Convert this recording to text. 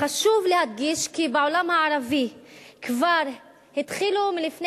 חשוב להדגיש כי בעולם הערבי כבר התחילו לפני